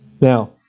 Now